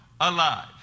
alive